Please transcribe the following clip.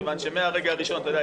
כיוון שמהרגע הראשון אתה יודע,